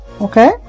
okay